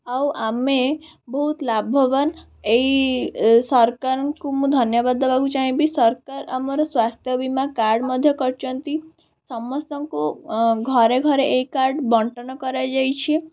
ଆଉ ଆମେ ବହୁତ ଲାଭବାନ ଏହି ସରକାରଙ୍କୁ ମୁଁ ଧନ୍ୟବାଦ ଦେବାକୁ ଚାହିଁବି ସରକାର ଆମର ସ୍ଵାସ୍ଥ୍ୟବୀମା କାର୍ଡ଼୍ ମଧ୍ୟ କରିଛନ୍ତି ସମସ୍ତଙ୍କୁ ଘରେ ଘରେ ଏହି କାର୍ଡ଼୍ ବଣ୍ଟନ କରାଯାଇଛି